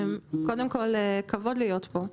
קודם כול, כבוד להיות פה.